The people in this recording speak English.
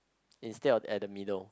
instead of at the middle